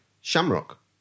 shamrock